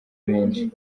benshi